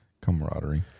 Camaraderie